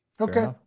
Okay